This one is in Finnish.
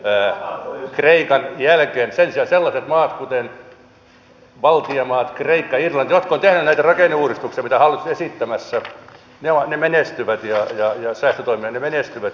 sen sijaan sellaiset maat kuten baltian maat kreikka ja irlanti jotka ovat tehneet näitä rakenneuudistuksia ja säästötoimia mitä hallitus on esittämässä menestyvät